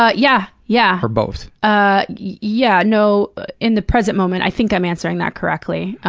ah yeah, yeah. or both? ah yeah, no in the present moment i think i'm answering that correctly.